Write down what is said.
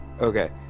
okay